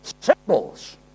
symbols